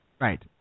Right